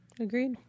Agreed